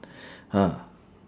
ah